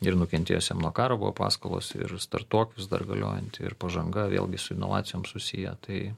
ir nukentėjusiem nuo karo buvo paskolos ir startuok dar galiojanti ir pažanga vėlgi su inovacijom susiję tai